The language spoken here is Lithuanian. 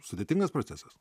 sudėtingas procesas